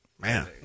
Man